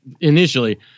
initially